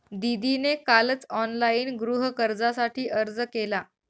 दीदीने कालच ऑनलाइन गृहकर्जासाठी अर्ज केला